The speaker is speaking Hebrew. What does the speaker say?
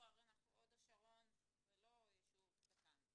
הוד השרון זה לא ישוב קטן,